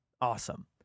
Awesome